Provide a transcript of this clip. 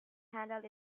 handled